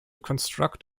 construct